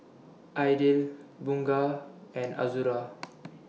Aidil Bunga and Azura